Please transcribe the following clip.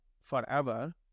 forever